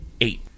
eight